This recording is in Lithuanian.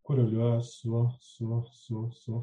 koreliuoja su su su